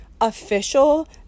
official